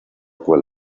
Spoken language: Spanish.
cual